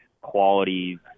quality